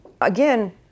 again